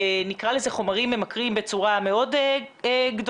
נקרא לזה בחומרים ממכרים בצורה מאוד כללית,